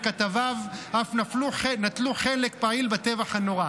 וכתביו אף נטלו חלק פעיל בטבח הנורא.